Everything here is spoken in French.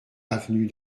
avenue